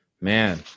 man